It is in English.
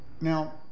Now